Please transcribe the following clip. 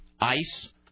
ice